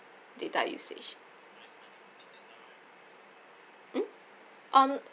data usage hmm um